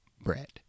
bread